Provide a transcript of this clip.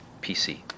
PC